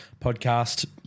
podcast